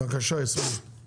בבקשה יסמין.